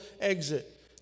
exit